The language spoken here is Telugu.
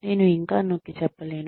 నేను ఇంకా నొక్కి చెప్పలేను